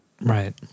right